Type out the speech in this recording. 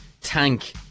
Tank